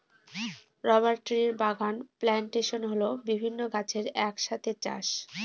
rubber ট্রির বাগান plantation হল বিভিন্ন গাছের এক সাথে চাষ